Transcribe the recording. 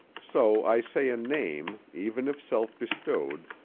so i say a name, even if self-bestowed,